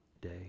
day